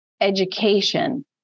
education